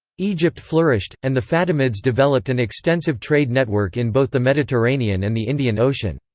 egypt flourished, and the fatimids developed an extensive trade network in both the mediterranean and the indian ocean.